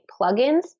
plugins